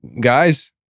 Guys